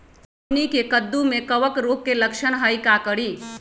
हमनी के कददु में कवक रोग के लक्षण हई का करी?